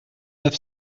neuf